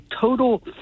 total